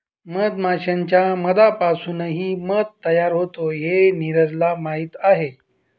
मधमाश्यांच्या मधापासूनही मध तयार होते हे नीरजला माहीत आहे